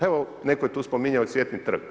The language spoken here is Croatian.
Evo netko je tu spominjao i Cvjetni trg.